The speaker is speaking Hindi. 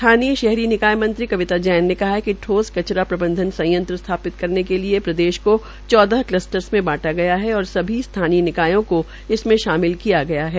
स्थानीय शरही निकाय मंत्री कविता जेन ने कहा है कि ठोस कचरा प्रबंधन संयंत्र स्थापित करने के लिए प्रदेश के चौदह कल्स्टरस में बांटा गया है और सभी स्थानीय निकायों को इसमें शामिल किया गया है